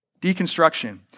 Deconstruction